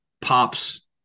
pops